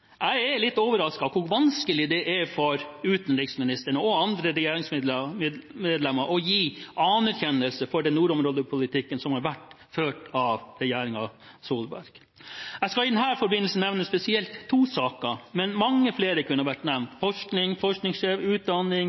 jeg er litt overrasket over hvor vanskelig det er for utenriksministeren og andre regjeringsmedlemmer å gi anerkjennelse for den nordområdepolitikken som har vært ført av regjeringen Stoltenberg. Jeg skal i denne forbindelse nevne spesielt to saker, men mange flere kunne vært nevnt – forskning, utdanning